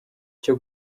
cyo